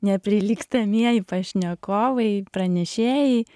neprilygstamieji pašnekovai pranešėjai